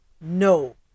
no